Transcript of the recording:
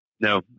No